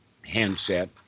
handset